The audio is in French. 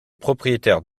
propriétaire